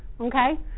okay